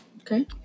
Okay